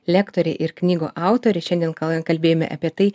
lektorė ir knygų autorė šiandien kal kalbėjome apie tai